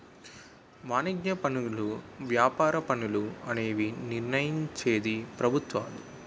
వాణిజ్య పనులు వ్యాపార పన్నులు అనేవి నిర్ణయించేది ప్రభుత్వాలు